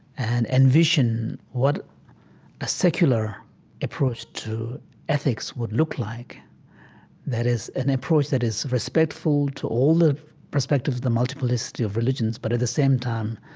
and envision what a secular approach to ethics would look like that is, an approach that is respectful to all the perspectives of the multiplicity of religions, but at the same time,